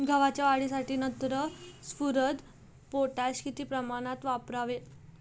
गव्हाच्या वाढीसाठी नत्र, स्फुरद, पोटॅश किती प्रमाणात वापरावे?